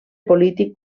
polític